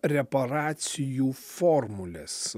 reparacijų formulės